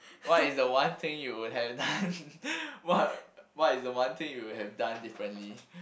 what is the one thing you would have done what what is the one thing you would have done differently